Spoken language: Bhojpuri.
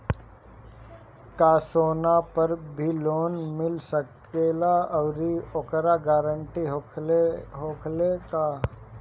का सोना पर भी लोन मिल सकेला आउरी ओकर गारेंटी होखेला का?